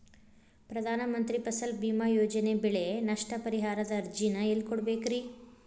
ಪ್ರಧಾನ ಮಂತ್ರಿ ಫಸಲ್ ಭೇಮಾ ಯೋಜನೆ ಬೆಳೆ ನಷ್ಟ ಪರಿಹಾರದ ಅರ್ಜಿನ ಎಲ್ಲೆ ಕೊಡ್ಬೇಕ್ರಿ?